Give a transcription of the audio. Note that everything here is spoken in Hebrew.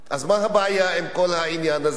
אז מה הבעיה עם העניין הזה?